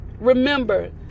remember